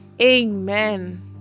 Amen